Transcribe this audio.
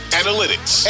analytics